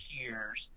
years